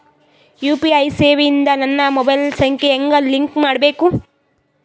UPI ಸೇವೆ ಇಂದ ನನ್ನ ಮೊಬೈಲ್ ಸಂಖ್ಯೆ ಹೆಂಗ್ ಲಿಂಕ್ ಮಾಡಬೇಕು?